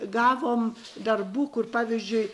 gavom darbų kur pavyzdžiui